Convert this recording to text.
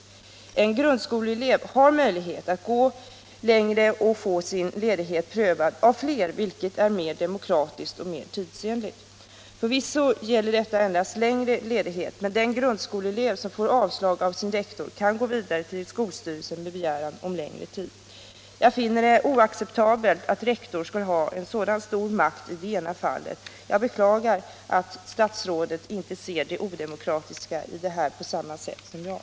En grundskoleelev har möjlighet att gå längre och få sin begäran om ledighet prövad av fler, vilket är mer demokratiskt och mer tidsenligt. Förvisso gäller detta endast längre ledighet, men den grundskoleelev som får avslag av sin rektor kan gå vidare till skolstyrelsen med begäran om längre tid. Jag finner det oacceptabelt att rektor skall ha sådan stor makt i det ena fallet. Jag beklagar att statsrådet inte ser det odemokratiska i det här på samma sätt som jag.